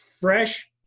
fresh